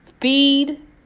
Feed